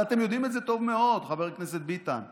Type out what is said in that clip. ואתם יודעים את זה טוב מאוד, חבר הכנסת ביטן.